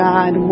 God